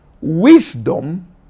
wisdom